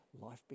Life